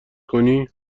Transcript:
کنی